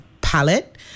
palette